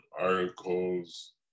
articles